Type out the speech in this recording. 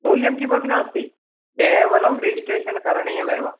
मौल्यं किमपि नास्ति केवलं रिजिस्ट्रेशन् करणीयमेव